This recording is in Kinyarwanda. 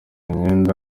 imyenda